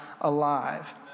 alive